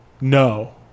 no